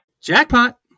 Jackpot